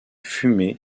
fumé